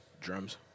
Drums